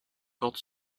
porte